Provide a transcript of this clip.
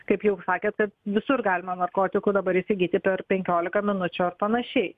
kaip jau sakėt kad visur galima narkotikų dabar įsigyti per penkiolika minučių ar panašiai